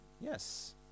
Yes